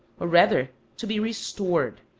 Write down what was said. or, rather, to be restored,